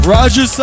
Roger